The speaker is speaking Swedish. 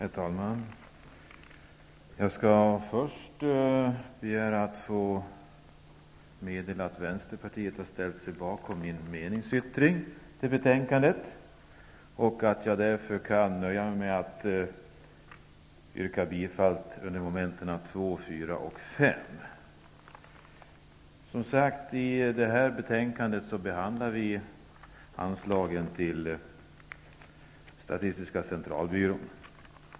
Herr talman! Jag skall först be att få meddela att Vänsterpartiet har ställt sig bakom min meningsyttring i betänkandet och att jag därför kan nöja mig med att yrka bifall till den under momenten 2, 4 och 5. I det är betänkandet behandlar vi anslagen till Statistiska centralbyrån.